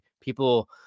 people